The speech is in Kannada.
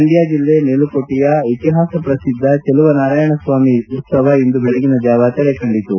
ಮಂಡ್ಲ ಜಿಲ್ಲೆ ಮೇಲುಕೋಟೆಯ ಇತಿಹಾಸ ಪ್ರಬದ್ದ ಚೆಲುವನಾರಾಯಣ ಸ್ವಾಮಿ ಉತ್ತವ ಇಂದು ಬೆಳಗಿನ ಜಾವ ತೆರೆ ಕಂಡಿತು